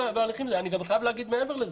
אני חייב להגיד מעבר לזה: